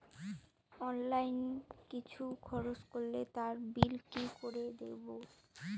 Online কিছু খরচ করলে তার বিল কি করে দেবো?